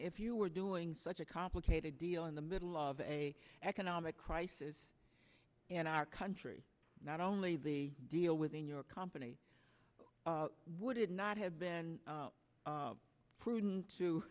if you were doing such a complicated deal in the middle of a economic crisis in our country not only the deal within your company would it not have been prudent to